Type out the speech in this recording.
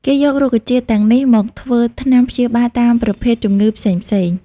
គេយករុក្ខជាតិទាំងនេះមក ធ្វើថ្នាំព្យាបាលតាមប្រភេទជំងឺផ្សេងៗ។